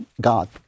God